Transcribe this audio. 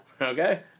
Okay